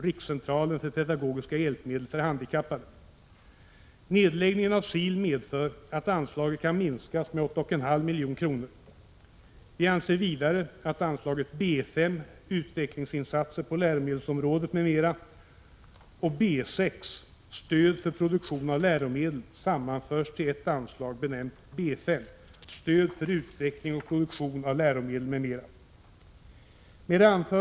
Rikscentralen för pedagogiska hjälpmedel för handikappade. Nedläggningen av SIL medför att anslaget kan minskas med 8,5 milj.kr. Vi anser vidare att anslagen B 5. Utvecklingsinsatser på läromedelsområdet m.m. och B 6. Stöd för produktion av läromedel bör sammanföras till ett anslag, benämnt B 5. Stöd för utveckling och produktion av läromedel m.m. Herr talman!